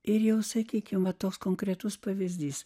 ir jau sakykime toks konkretus pavyzdys